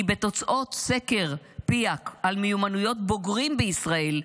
כי בתוצאות סקר PIAAC על מיומנויות בוגרים בישראל,